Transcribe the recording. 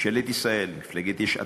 ממשלת ישראל, מפלגת יש עתיד,